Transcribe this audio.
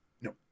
No